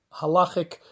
halachic